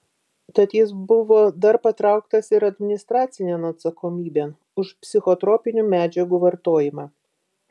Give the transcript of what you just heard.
tad jis buvo dar patrauktas ir administracinėn atsakomybėn už psichotropinių medžiagų vartojimą